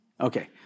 Okay